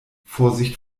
vorsicht